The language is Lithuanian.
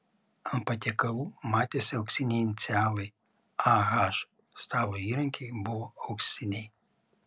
ant patiekalų matėsi auksiniai inicialai ah stalo įrankiai buvo auksiniai